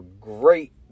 great